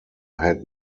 had